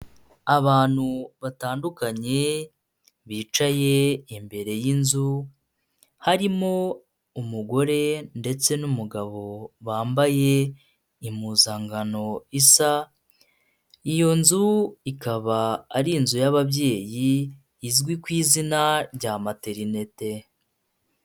Abantu batandukanye bicaye imbere y'inzu harimo umugore ndetse n'umugabo bambaye impuzankano bisa iyo nzu ikaba ari inzu y'ababyeyi izwi ku izina rya materinete.